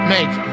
Make